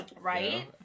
Right